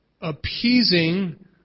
appeasing